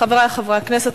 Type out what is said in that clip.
חברי חברי הכנסת,